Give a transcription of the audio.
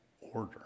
order